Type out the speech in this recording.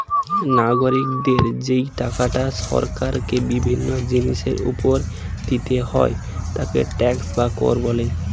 নাগরিকদের যেই টাকাটা সরকারকে বিভিন্ন জিনিসের উপর দিতে হয় তাকে ট্যাক্স বা কর বলে